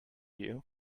you